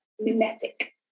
mimetic